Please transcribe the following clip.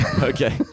Okay